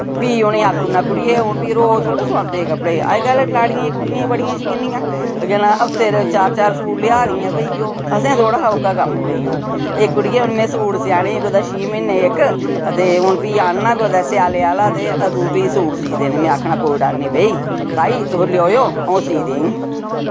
फ्ही उ'नें आक्खी ओड़ना कुड़िये फ्ही रोज थोह्ड़ी सोआंदे हे कपड़े अजकल लड़ियें कुड़ियें बड़ियां शकीनियां हफ्ते दे चार चार सूट लेआ दियां भाई ओह् असें थोह्ड़ा हा ओह्का कम्म भाई ओह् एह् कुड़ियें हुन में सूट सेआने कुतै छे म्हीनें च इक ते हुन फ्ही आह्नना कुतै सेआले आह्ला ते अदूं फ्ही सूट सी देने में आखना कोई गल्ल निं तुस लेआयो अ'ऊं सी देंग